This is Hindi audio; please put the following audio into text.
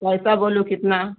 पैसा बोलो कितना